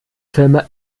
firma